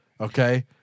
okay